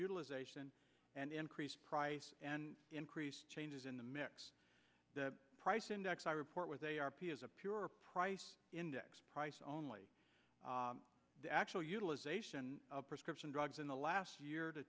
utilization and increased price and increased changes in the mix price index i report was a r p is a pure price index price only the actual utilization of prescription drugs in the last year to